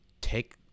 take